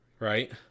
Right